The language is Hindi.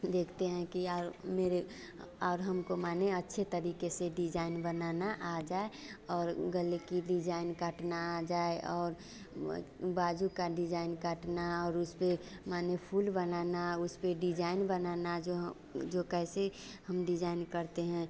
देखते हैं कि यार मेरे और हमको माने अच्छे तरीक़े से डिजाइन बनाना आ जाए और गले की डिजाइन काटना आ जाए और वही बाज़ू का डिजाइन काटना और उसपर माने फूल बनाना उसपर डिजाइन बनाना जो जो कैसे हम डिजाइन करते हैं